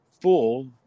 full